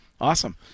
Awesome